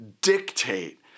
dictate